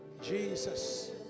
Jesus